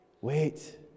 wait